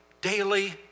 daily